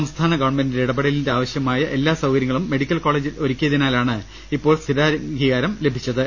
സംസ്ഥാന ഗവർണമെന്റിന്റെ ഇടപെടലിൽ ആവശ്യമായ എല്ലാ സൌകര്യങ്ങളും മെഡിക്കൽ കോളേജിൽ ഒരുക്കിയതിനാലാണ് ഇപ്പോൾ സ്ഥിരാംഗീകാരം ലഭിച്ചത്